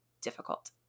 difficult